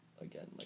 again